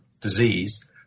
disease